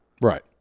Right